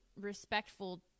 respectful